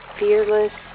fearless